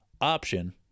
option